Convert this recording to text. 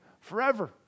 forever